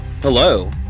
Hello